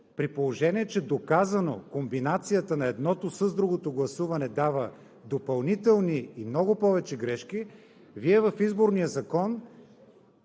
при положение, че доказано комбинацията на едното с другото гласуване дава допълнителни и много повече грешки, в Изборния закон